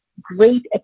great